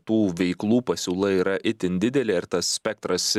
tų veiklų pasiūla yra itin didelė ir tas spektras